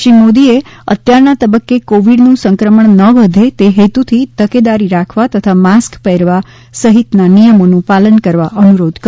શ્રી મોદીએ અત્યારના તબક્કે કોવીડનું સંક્રમણ ન વધે તે હેતુથી તકેદારી રાખવા તથા માસ્ક પહેરવા સહિતના નિયમોનું પાલન કરવા અનુરોધ કર્યો હતો